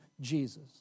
Jesus